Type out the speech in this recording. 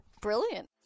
Brilliant